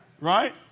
Right